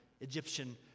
Egyptian